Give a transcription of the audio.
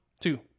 Two